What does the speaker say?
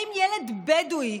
האם ילד בדואי,